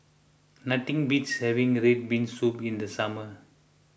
nothing beats having Red Bean Soup in the summer